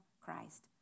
Christ